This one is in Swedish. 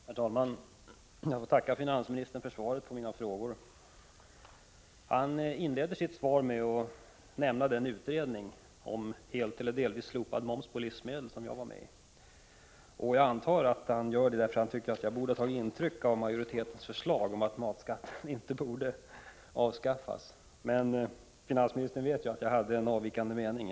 Herr talman! Jag får tacka finansministern för svaret på mina frågor. Finansministern inleder sitt svar med att nämna den utredning om helt eller delvis slopad moms på livsmedel som jag var medi. Jag antar att han gör det därför att han tycker att jag borde ha tagit intryck av utredningsmajoritetens förslag om att matskatten inte borde avskaffas, men finansministern vet ju att jag hade en avvikande mening.